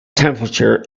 temperature